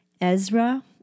Ezra